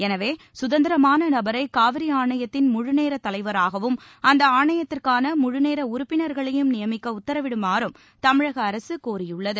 எனவே சுதந்திரமானநபரைகாவிரிஆணையத்தின் முழுநேரத் தலைவராகவும் அந்தஆணையத்திற்கானமுமுநேரஉறுப்பினர் களையும் நியமிக்கஉத்தரவிடுமாறும் தமிழகஅரசுகோரியுள்ளது